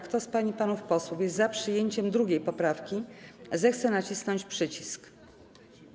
Kto z pań i panów posłów jest za przyjęciem 2. poprawki, zechce nacisnąć przycisk.